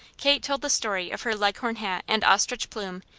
kate told the story of her leghorn hat and ostrich plume,